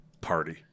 Party